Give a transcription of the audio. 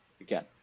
again